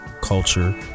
culture